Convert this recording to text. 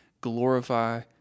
glorify